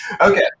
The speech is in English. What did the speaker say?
Okay